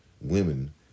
women